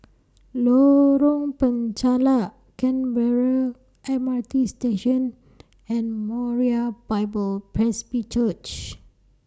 Lorong Penchalak Canberra M R T Station and Moriah Bible Presby Church